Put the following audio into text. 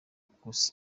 kusa